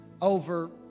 over